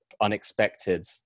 unexpected